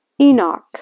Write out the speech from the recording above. Enoch